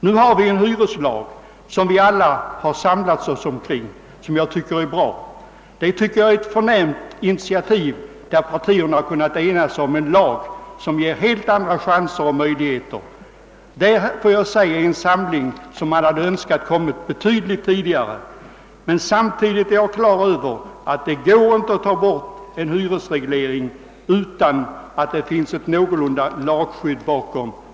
Nu har vi en hyreslag som vi alla kan samla oss kring och som jag tycker är bra. Det är förnämligt att partierna kunnat ena sig om ett lagförslag som ger helt andra möjligheter. Den samling det här är fråga om skulle ha kommit betydligt tidigare. Samtidigt har jag klart för mig att det inte går att ta bort en hyresreglering utan att det finns ett någorlunda bra lagskydd bakom.